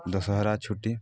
ଦଶହରା ଛୁଟି